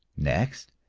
next,